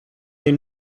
den